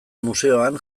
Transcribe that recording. museoan